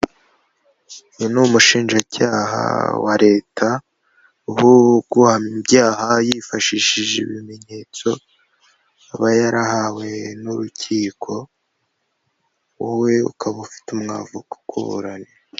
Uyu ni umushinjacyaha wa leta, wo kuguhamya ibyaha yifashishije ibimenyetso aba yarahawe n'urukiko, wowe ukaba ufite umwavoka ukuburanira.